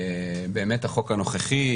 באמת החוק הנוכחי,